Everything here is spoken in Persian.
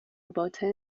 باطن